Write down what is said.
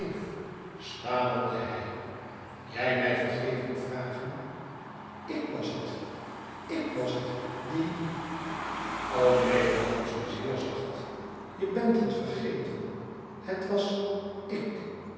stamelde hij jij mij vergeving vragen ik was het ik was het die o neen hernam zij zeer zacht je bent het vergeten het was ik